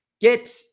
Get